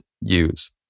use